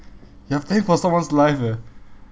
you are paying for someone's life eh